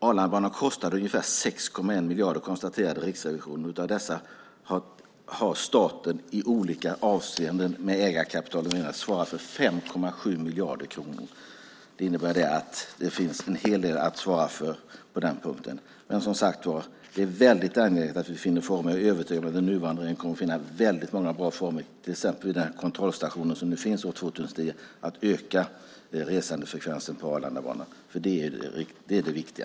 Arlandabanan kostade ungefär 6,1 miljarder konstaterade Riksrevisionen. Av dessa har staten i olika avseenden med ägarkapital och annat svarat för 5,7 miljarder kronor. Det innebär att det finns en hel del att svara för på den punkten. Det är angeläget att vi finner former. Jag är övertygad om att den nuvarande regeringen kommer att finna många bra former, till exempel vid kontrollstationen år 2010, att öka resandefrekvensen på Arlandabanan. Det är det viktiga.